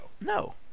No